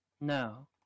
No